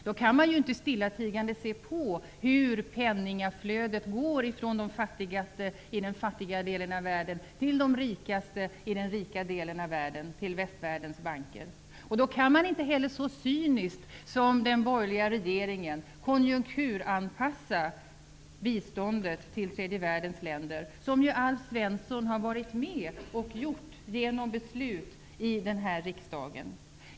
Då kan man inte stillatigande se på hur penningflödet går från de fattigaste i den fattiga delen av världen till de rikaste i den rika delen av världen, till västvärldens banker. Man kan inte heller så cyniskt som den borgerliga regeringen gör konjunkturanpassa biståndet till tredje världens länder, vilket Alf Svensson har varit med om att göra genom beslut i riksdagen.